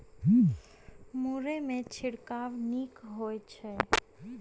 मुरई मे छिड़काव नीक होइ छै?